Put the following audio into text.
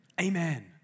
Amen